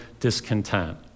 discontent